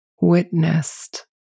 witnessed